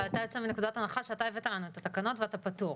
אבל אתה יוצא מנקודת הנחה שאתה הבאת לנו את התקנות ואתה פטור.